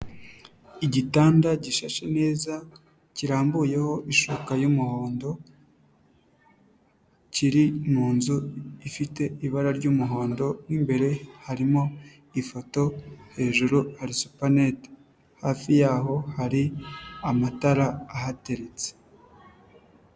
Igitanda gishashe neza kirambuyeho ishuka y'umuhondo kiri mu nzu ifite ibara ry'umuhondo mo imbere harimo ifoto, hejuru hari supanete, hafi yaho hari amatara ahateretse.